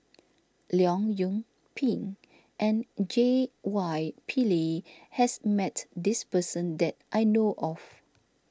Leong Yoon Pin and J Y Pillay has met this person that I know of